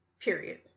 period